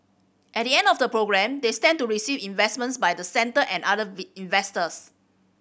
at the end of the programme they stand to receive investments by the centre and other investors